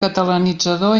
catalanitzador